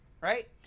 right